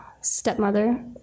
stepmother